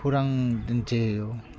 खौरां दिन्थियो